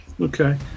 Okay